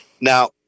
Now